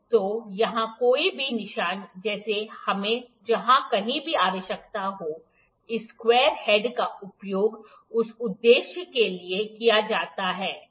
तो यहाँ कोई भी निशान जैसे हमें जहाँ कहीं भी आवश्यकता हो इस स्क्वायर हेड का उपयोग इस उद्देश्य के लिए किया जाता है ठीक है